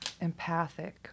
empathic